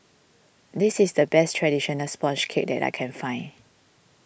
this is the best Traditional Sponge Cake that I can find